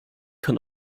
kann